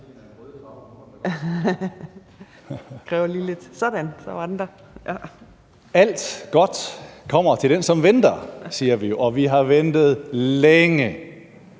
Alt godt kommer til den, som venter, siger man, og vi har ventet længe.